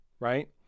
right